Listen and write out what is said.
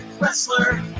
wrestler